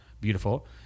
Beautiful